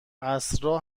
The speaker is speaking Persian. عصرا